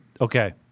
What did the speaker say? Okay